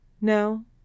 No